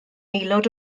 aelod